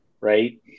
right